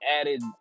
added